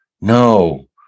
no